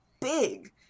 big